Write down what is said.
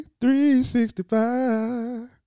365